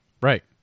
Right